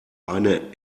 eine